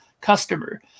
customer